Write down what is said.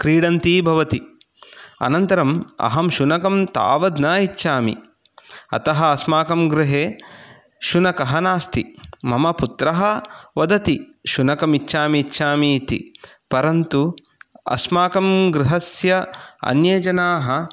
क्रीडन्ती भवति अनन्तरम् अहं शुनकं तावद् न इच्छामि अतः अस्माकं गृहे शुनकः नास्ति मम पुत्रः वदति शुनकम् इच्छामि इच्छामि इति परन्तु अस्माकं गृहस्य अन्ये जनाः